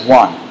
one।